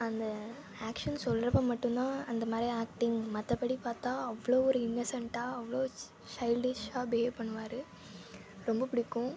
அந்த ஆக்ஷன் சொல்கிறப்ப மட்டும்தான் அந்த மாதிரி ஆக்ட்டிங் மற்றப்படி பார்த்தா அவ்வளோ ஒரு இன்னசென்ட்டாக அவ்வளோ ஒரு ச சயில்டிஷ்ஷாக பிஹேவ் பண்ணுவார் ரொம்ப பிடிக்கும்